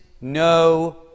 no